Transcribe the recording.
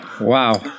Wow